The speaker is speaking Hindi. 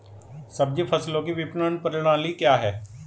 सब्जी फसलों की विपणन प्रणाली क्या है?